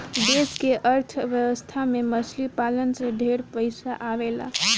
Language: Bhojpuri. देश के अर्थ व्यवस्था में मछली पालन से ढेरे पइसा आवेला